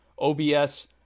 OBS